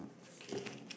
kay